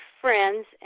friends